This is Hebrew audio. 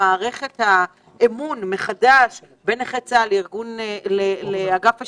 מערכת האמון בין נכי צה"ל לאגף השיקום,